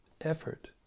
effort